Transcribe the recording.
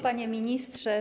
Panie Ministrze!